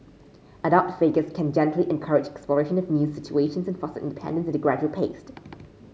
adult figures can gently encourage exploration of new situations and foster independence at a gradual pace